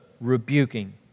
rebuking